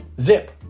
Zip